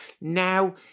Now